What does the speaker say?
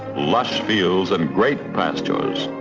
lush fields, and great pastures.